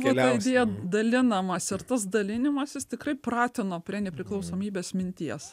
buvo tą dien dalinamas ir tas dalinimasis tikrai pratino prie nepriklausomybės minties